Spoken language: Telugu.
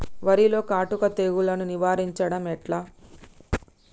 వరిలో కాటుక తెగుళ్లను నివారించడం ఎట్లా?